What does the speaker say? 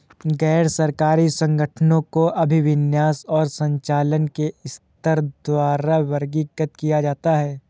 गैर सरकारी संगठनों को अभिविन्यास और संचालन के स्तर द्वारा वर्गीकृत किया जाता है